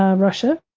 ah russia,